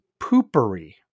poopery